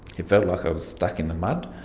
it felt like i was stuck in the mud.